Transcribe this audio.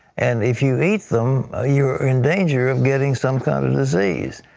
and if you eat them, ah you are in danger of getting some kind of disease,